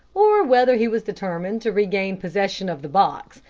or whether he was determined to regain possession of the box,